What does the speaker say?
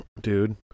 Dude